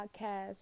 podcast